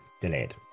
delayed